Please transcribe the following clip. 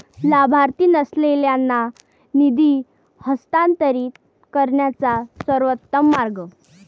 लाभार्थी नसलेल्यांना निधी हस्तांतरित करण्याचा सर्वोत्तम मार्ग